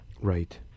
Right